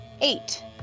eight